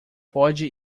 pode